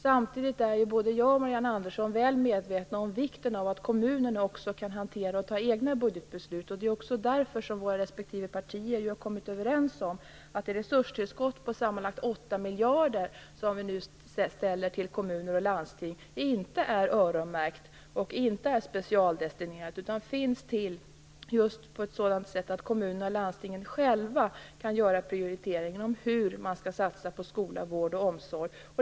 Samtidigt är både jag och Marianne Andersson väl medvetna om vikten av att kommunerna också kan fatta egna budgetbeslut. Det är också därför som våra respektive partier har kommit överens om att det resurstillskott på sammanlagt 8 miljarder som vi nu ger kommuner och landsting inte är öronmärkt eller specialdestinerat, utan kommuner och landsting kan själva göra prioriteringar om hur de skall satsa på skola, vård och omsorg.